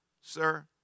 sir